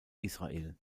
israel